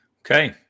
okay